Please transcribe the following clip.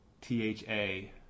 T-H-A